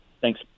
Thanks